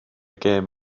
gêm